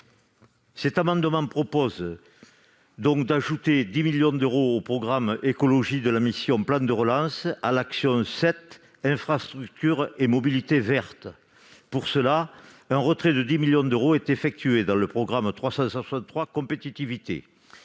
Cet amendement vise à ajouter 10 millions d'euros au programme « Écologie » de la mission « Plan de relance », à l'action n° 07, Infrastructures et mobilités vertes. Pour ce faire, un retrait de 10 millions d'euros est effectué dans le programme n° 363, « Compétitivité